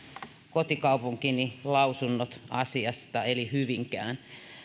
kotikaupunkini lausunnot asiasta eli hyvinkään